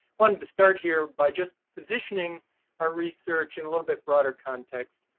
wanted to start here by just positioning our research in a little bit broader context.